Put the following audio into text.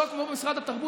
שלא כמו במשרד התרבות,